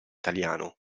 italiano